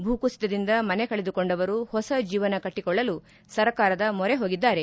ಭೂಕುಸಿತದಿಂದ ಮನೆಕಳೆದುಕೊಂಡವರು ಹೊಸ ಜೀವನ ಕಟ್ಟಿಕೊಳ್ಳಲು ಸರ್ಕಾರದ ಮೊರೆ ಹೋಗಿದ್ದಾರೆ